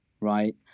right